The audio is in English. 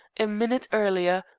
a minute earlier,